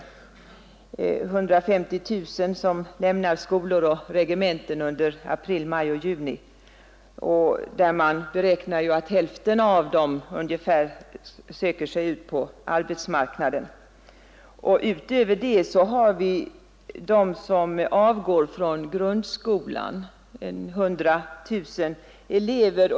Det är 150 000 som lämnar skolor och regementen under april, maj, och juni, och man beräknar att ungefär hälften av dessa söker sig ut på arbetsmarknaden. Härutöver har vi dem som avgår från grundskolan — 100 000 elever.